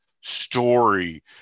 story